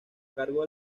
cargo